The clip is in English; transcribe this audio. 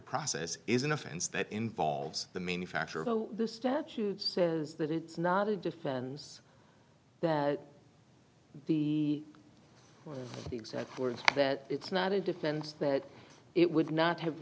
process is an offense that involves the manufacture of the statute says that it's not a defense that the exact words that it's not a defense that it would not have